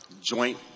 joint